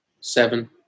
Seven